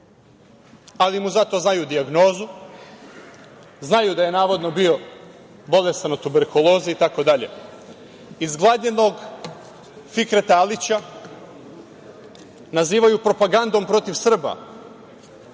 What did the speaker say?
ali mu zato znaju dijagnozu. Znaju da je navodno bio bolestan od tuberkuloze itd. Izgladnelog Fikreta Alića nazivaju propagandom protiv Srba,